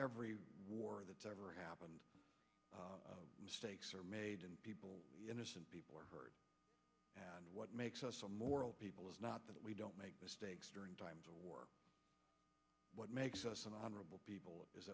every war that's ever happened mistakes are made and people innocent people are hurt what makes us a moral people is not that we don't make mistakes during times of war what makes us an honorable people is